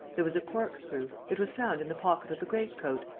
there was a corkscrew it was found in the pocket of the great coat.